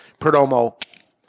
Perdomo